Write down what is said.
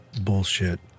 Bullshit